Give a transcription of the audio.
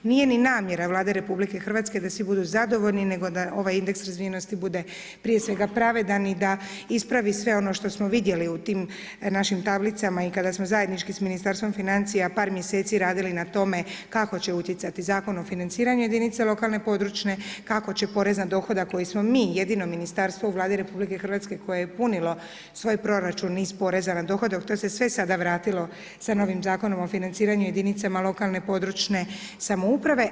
Nije ni namjera Vlade Republike Hrvatske da svi budu zadovoljni, nego da ovaj indeks razvijenosti bude prije svega pravedan i da ispravi sve ono što smo vidjeli u tim našim tablicama i kada smo zajednički s Ministarstvom financija par mjeseci radili na tome kako će utjecati Zakon o financiranju jedinica lokalne područne, kako će porez na dohodak koji smo mi jedino ministarstvo u Vladi Republike Hrvatske koje je punilo svoj proračun iz poreza na dohodak to se sve sada vratilo sa novim Zakonom o financiranju jedinicama lokalne područne samouprave.